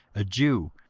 a jew,